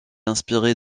inspiré